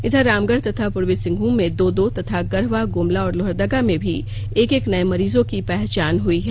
इघर रामगढ़ तथा पूर्वी सिंहभूम में दो दो तथा गढ़वा गुमला और लोहरदगा में भी एक एक नए मरीजों की पहचान हुई है